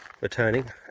returning